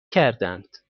کردند